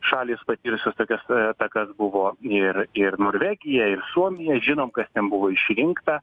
šalys patyrusios tokias atakas buvo ir ir norvegija ir suomija žinom kas ten buvo išrinkta